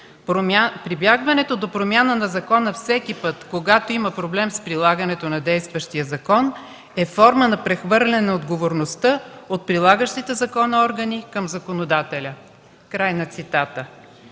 Прибягването до промяна на закона всеки път, когато има проблем с прилагането на действащия закон, е форма на прехвърляне на отговорността от прилагащите закона органи към законодателя”. Край на цитата.